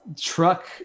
truck